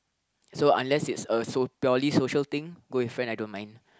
so unless it's a so purely social thing going with friend I don't mind